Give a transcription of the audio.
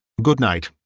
good-night.